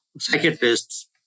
psychiatrists